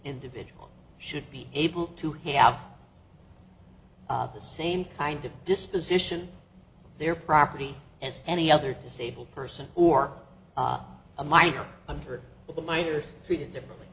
individual should be able to have the same kind of disposition of their property as any other disabled person or a minor under the minors treated differently